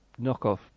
knockoff